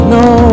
no